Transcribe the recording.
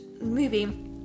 movie